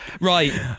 Right